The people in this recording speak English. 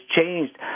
changed